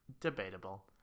Debatable